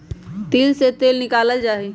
तिल से तेल निकाल्ल जाहई